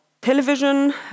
television